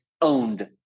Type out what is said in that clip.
owned